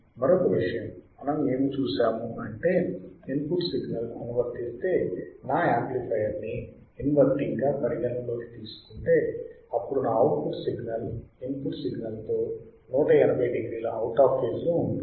మరొక విషయం మనము ఏమి చూశాము అంటే ఇన్పుట్ సిగ్నల్ అనువర్తిస్తే నా యాంప్లిఫైయర్ ని ఇన్వర్టింగ్ గా పరిగణనలోకి తీసుకుంటే అప్పుడు నా అవుట్పుట్ సిగ్నల్ ఇన్పుట్ సిగ్నల్ తో 180 డిగ్రీల అవుట్ ఆఫ్ ఫేజ్ లో ఉంటుంది